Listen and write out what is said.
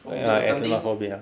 ya islamophobia